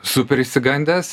super išsigandęs